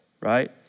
Right